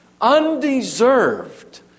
undeserved